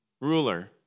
Ruler